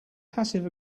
passive